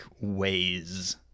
ways